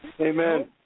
Amen